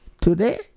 today